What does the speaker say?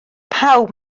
pawb